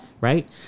Right